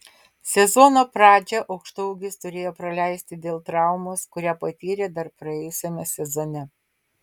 sezono pradžią aukštaūgis turėjo praleisti dėl traumos kurią patyrė dar praėjusiame sezone